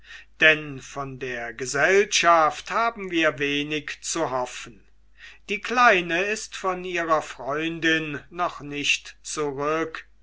denn von der gesellschaft haben wir wenig zu hoffen die kleine ist von ihrer freundin noch nicht zurück